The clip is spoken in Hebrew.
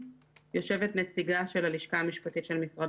יושבת נציגה של הלשכה המשפטית של משרד